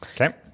Okay